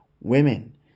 women